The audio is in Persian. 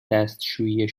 دستشویی